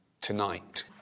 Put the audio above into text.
tonight